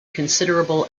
considerable